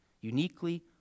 Uniquely